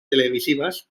televisivas